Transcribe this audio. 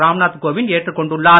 ராம்நாத் கோவிந்த ஏற்றுக் கொண்டுள்ளார்